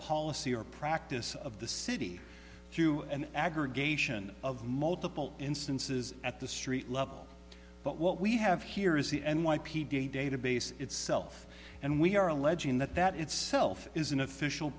policy or practice of the city through an aggregation of multiple instances at the street level but what we have here is the n y p d database itself and we are alleging that that itself is an official